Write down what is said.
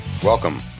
Welcome